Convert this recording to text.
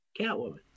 Catwoman